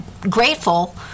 grateful